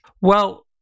Well-